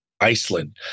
Iceland